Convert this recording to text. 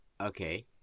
Okay